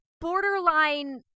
borderline